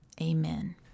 Amen